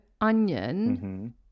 onion